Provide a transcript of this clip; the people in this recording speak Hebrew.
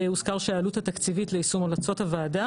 הוזכר שהעלות התקציבית ליישום המלצות הוועדה,